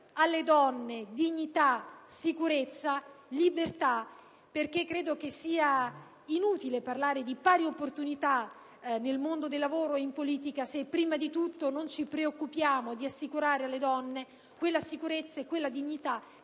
alle donne dignità, sicurezza e libertà, perché credo che sia inutile parlare di pari opportunità nel mondo del lavoro e in politica se prima di tutto non ci preoccupiamo di assicurare alle donne quella sicurezza e quella dignità